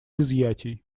изъятий